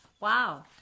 Wow